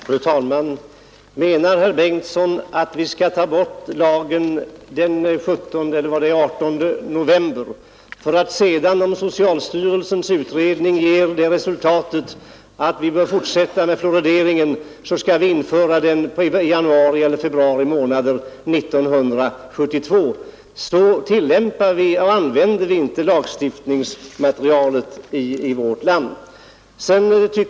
Fru talman! Menar herr Bengtsson att vi skall ta bort lagen den 18 november för att sedan, om socialstyrelsens utredning ger till resultat att vi bör fortsätta med fluorideringen, införa den igen i januari eller februari 1972? Så använder vi inte lagstiftningsmaterialet i vårt land.